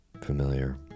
familiar